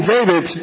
David